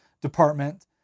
department